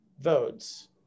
votes